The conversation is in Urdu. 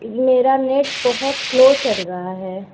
میرا نیٹ بہت سلو چل رہا ہے